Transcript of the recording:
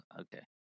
okay